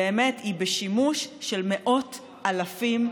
באמת היא בשימוש של מאות אלפים ביום,